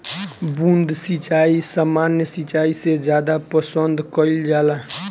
बूंद सिंचाई सामान्य सिंचाई से ज्यादा पसंद कईल जाला